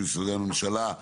במשרדי הממשלה,